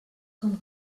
com